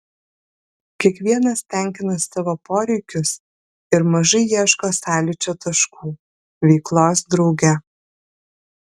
kiekvienas tenkina savo poreikius ir mažai ieško sąlyčio taškų veiklos drauge